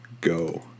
go